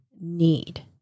need